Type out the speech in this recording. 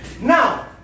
Now